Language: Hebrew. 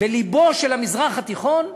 בלבו של המזרח התיכון,